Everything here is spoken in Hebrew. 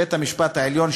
בית-המשפט העליון,